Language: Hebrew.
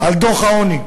על דוח העוני.